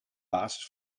basis